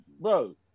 bro